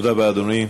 תודה רבה, אדוני.